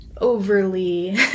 overly